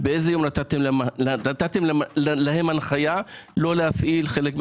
בדרך כלל אנחנו נותנים הנחיה כן להפעיל.